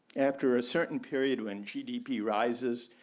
after a certain period when gdp rises,